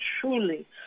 truly